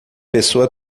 pessoa